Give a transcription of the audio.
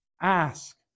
ask